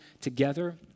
together